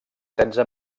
setze